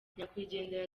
nyakwigendera